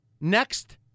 next